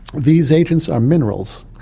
these agents are minerals.